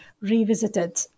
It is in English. revisited